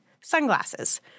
sunglasses